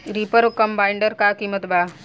Reaper combiner का किमत बा?